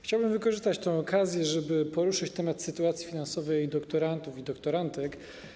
Chciałbym wykorzystać tę okazję i poruszyć kwestię sytuacji finansowej doktorantów i doktorantek.